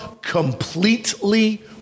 completely